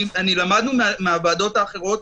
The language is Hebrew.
למדנו מהוועדות האחרות,